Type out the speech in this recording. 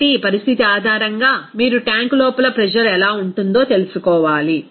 కాబట్టి ఈ పరిస్థితి ఆధారంగా మీరు ట్యాంక్ లోపల ప్రెజర్ ఎలా ఉంటుందో తెలుసుకోవాలి